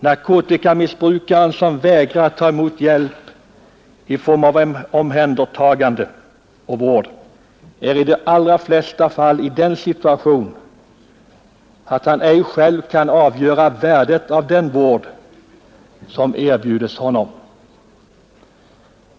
Narkotikamissbrukaren, som vägrar att ta emot hjälp i form av omhändertagande och vård, är i de allra flesta fall i den situationen att han ej själv kan avgöra värdet av den vård som erbjudes honom.